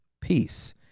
peace